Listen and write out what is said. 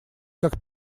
как